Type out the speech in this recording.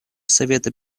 совета